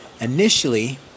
initially